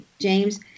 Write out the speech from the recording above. James